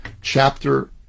chapter